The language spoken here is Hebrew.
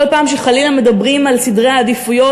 כל פעם שחלילה מדברים על סדרי העדיפויות